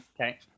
okay